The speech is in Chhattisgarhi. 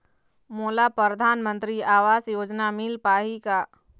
मोला परधानमंतरी आवास योजना मिल पाही का?